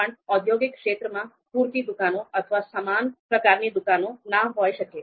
પણ ઔદ્યોગિક ક્ષેત્રમાં પૂરતી દુકાન અથવા સમાન પ્રકારની દુકાનો ન હોઈ શકે